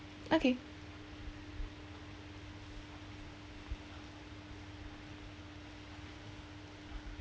okay